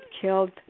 killed